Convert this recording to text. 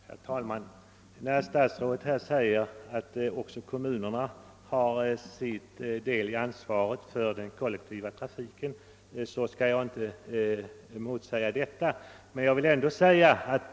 Herr talman! När herr statsrådet här anför att också kommunerna har sin del i ansvaret för den kollektiva trafiken, skall jag inte motsäga honom på denna punkt.